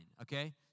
Okay